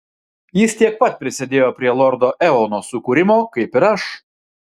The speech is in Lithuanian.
jis tiek pat prisidėjo prie lordo eono sukūrimo kaip ir aš